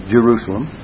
Jerusalem